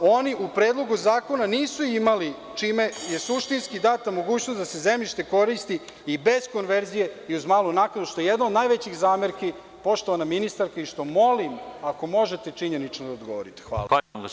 oni u predlogu zakona nisu imali čime, je suštinski data mogućnost da se zemljište koristi i bez konverzije i uz malu naknadu, što je jedna od najvećih zamerki, poštovana ministarka, i što molim, ako možete činjenično da odgovorite.